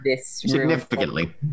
Significantly